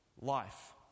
life